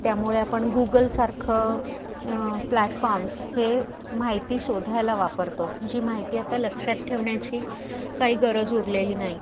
त्यामुळे आपण गुगलसारखं प्लॅटफॉर्म्स हे माहिती शोधायला वापरतो जी माहिती आता लक्षात ठेवण्याची काही गरज उरलेली नाही